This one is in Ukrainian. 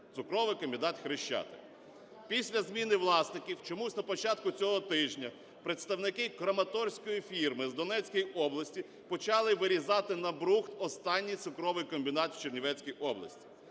"Цукровий комбінат "Хрещатик". Після зміни власників чомусь на початку цього тижня представники краматорської фірми з Донецької області почали вирізати на брухт останній цукровий комбінат в Чернівецькій області.